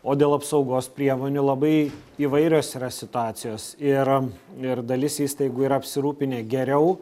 o dėl apsaugos priemonių labai įvairios situacijos ir ir dalis įstaigų yra apsirūpinę geriau